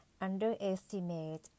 underestimate